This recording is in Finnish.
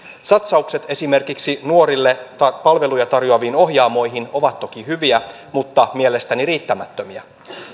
satsaukset esimerkiksi nuorille tai palveluja tarjoaviin ohjaamoihin ovat toki hyviä mutta mielestäni riittämättömiä